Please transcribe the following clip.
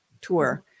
tour